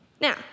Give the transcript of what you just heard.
Now